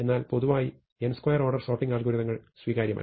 എന്നാൽ പൊതുവായി n2 order sorting അൽഗോരിതങ്ങൾ സ്വീകാര്യമല്ല